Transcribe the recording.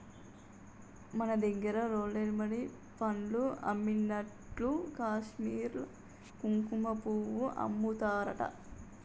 మన దగ్గర రోడ్లెమ్బడి పండ్లు అమ్మినట్లు కాశ్మీర్ల కుంకుమపువ్వు అమ్ముతారట